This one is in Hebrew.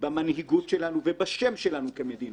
במנהיגות שלנו ובשם שלנו כמדינה.